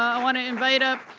i want to invite up